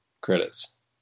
credits